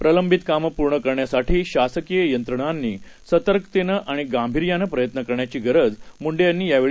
प्रलंबित कामं पूर्ण करण्यासाठी शासकीय यंत्रणांनी सतर्कतेनं आणि गांभीर्यानं प्रयत्न करण्याची गरज मुंडे यांनी यावेळी व्यक्त केली